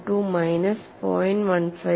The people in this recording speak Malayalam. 122 മൈനസ് 0